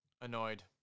Annoyed